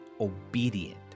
obedient